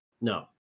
No